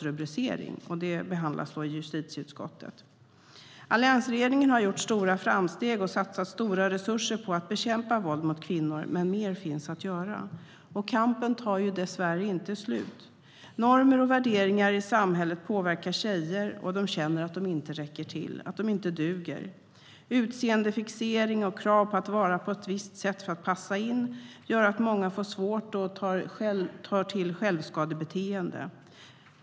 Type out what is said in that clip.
Förslaget behandlas i justitieutskottet. Alliansregeringen har gjort stora framsteg och har satsat stora resurser på att bekämpa våld mot kvinnor - men mer finns att göra. Kampen tar dessvärre inte slut. Normer och värderingar i ett samhälle påverka tjejer, och de känner att de inte räcker till eller inte duger. Utseendefixering och krav på att vara på ett visst sätt för att passa in gör att många får svårt att hantera situationen och börjar ägna sig åt självskadebeteende.